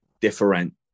different